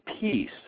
peace